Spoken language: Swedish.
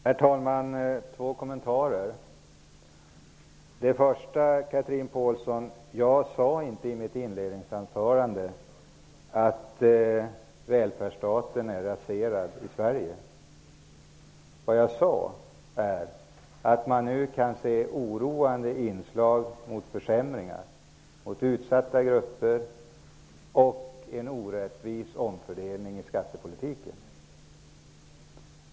Herr talman! Jag har två kommentarer till Chatrine Pålsson. Jag sade inte i mitt inledningsanförande att välfärdsstaten är raserad i Sverige. Jag sade att vi nu kan se oroande inslag som leder till försämringar för utsatta grupper och en orättvis omfördelning i skattepolitiken.